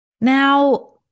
Now